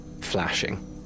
flashing